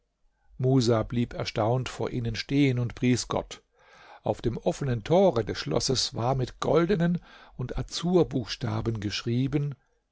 musa blieb erstaunt vor ihnen stehen und pries gott auf dem offenen tore des schlosses war mit goldenen und azurbuchstaben geschrieben